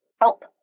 help